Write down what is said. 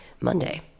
Monday